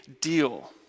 deal